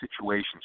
situations